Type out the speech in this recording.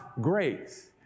grace